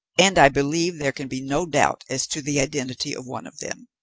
and i believe there can be no doubt as to the identity of one of them,